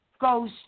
goes